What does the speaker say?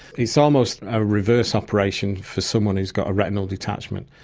it's almost a reverse operation for someone who's got a retinal detachment.